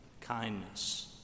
kindness